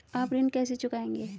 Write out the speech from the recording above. आप ऋण कैसे चुकाएंगे?